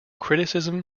criticism